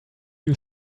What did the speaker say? you